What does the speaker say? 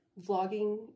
vlogging